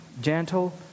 gentle